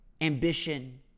ambition